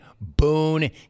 Boone